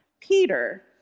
Peter